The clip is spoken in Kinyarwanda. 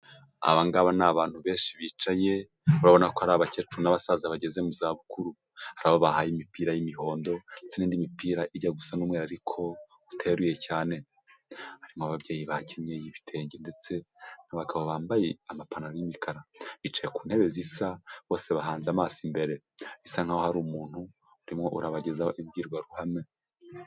Abangabo ni abantu benshi bicaye urabona ko ari abakecuru n'abasaza bageze mu zabukuru, hari abo bahaye imipira y'imihondo ndetse n'indi mipira ijya gusana n'umweru ariko uteruye cyane, harimo ababyeyi bakenyeye ibitenge ndetse n'abagabo bambaye amapantaro y'imikara, bicaye ku ntebe zisa bose bahanze amaso imbere, bisa nkaho hari umuntu urimo urabagezaho imbwirwaruhame.